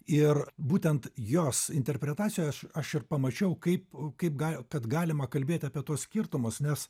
ir būtent jos interpretacijoje aš aš ir pamačiau kaip kaip gal kad galima kalbėti apie tuos skirtumus nes